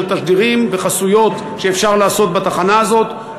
תשדירים וחסויות שאפשר לעשות בתחנה הזאת,